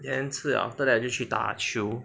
then 吃了 after that 就去打球